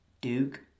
Duke